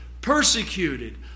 persecuted